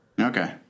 Okay